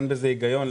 אין בזה היגיון.